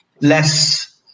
less